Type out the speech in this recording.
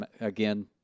Again